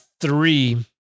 three